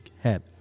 head